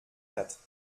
quatre